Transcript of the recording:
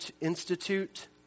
Institute